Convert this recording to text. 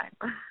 time